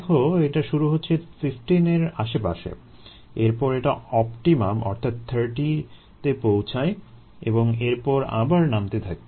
দেখো এটা শুরু হচ্ছে 15 এর আশেপাশে এরপর এটা অপটিমাম অর্থাৎ 30 এ পৌঁছায় এবং এরপর আবার নামতে থাকে